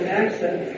access